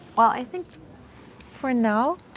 well, i think for now,